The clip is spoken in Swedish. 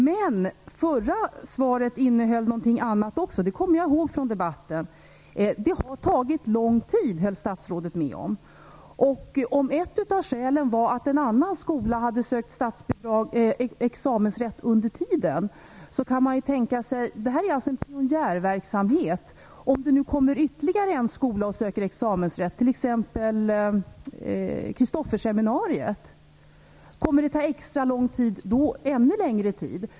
Men svaret förra gången innehåll något annat också - det kommer jag ihåg från debatten. Statsrådet höll med om att det har tagit lång tid. Om ett av skälen är att en annan skola under tiden sökt examensrätt, t.ex. Kristofferseminariet - det här är alltså en pionjärverksamhet - tar det då ännu längre tid?